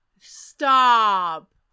Stop